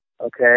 okay